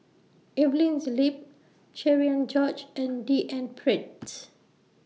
Evelyn's Lip Cherian George and D N Pritt's